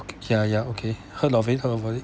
ya ya okay heard of it heard about it